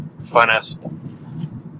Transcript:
funnest